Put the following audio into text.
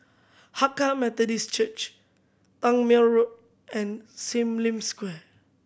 Hakka Methodist Church Tangmere Road and Sim Lim Square